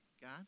God